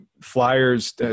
flyers